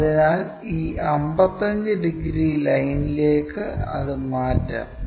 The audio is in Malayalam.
അതിനാൽ ഈ 55 ഡിഗ്രി ലൈനിലേക്ക് അത് മാറ്റാം